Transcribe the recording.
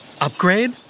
Upgrade